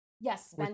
Yes